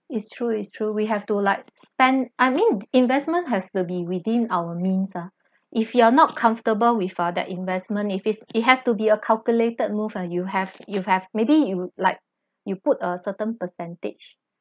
is true is true we have to like spend I mean investment has to be within our means ah if you're not comfortable with uh the investment if if it has to be a calculated move ah you have you have maybe you would like you put a certain percentage